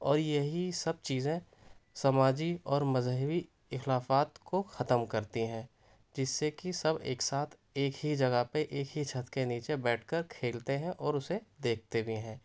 اور یہی سب چیزیں سماجی اور مذہبی اخلافات کو ختم کرتی ہیں جس سے کہ سب ایک ساتھ ایک ہی جگہ پہ ایک ہی چھت کے نیچے بیٹھ کر کھیلتے ہیں اور اسے دیکھتے بھی ہیں